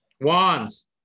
wands